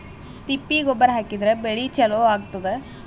ತಿಪ್ಪಿ ಗೊಬ್ಬರ ಹಾಕಿದ್ರ ಬೆಳಿ ಚಲೋ ಆಗತದ?